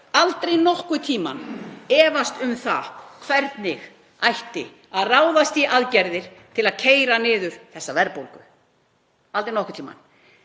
aldrei nokkurn tímann efast um hvernig ætti að ráðast í aðgerðir til að keyra niður þessa verðbólgu, aldrei nokkurn tímann,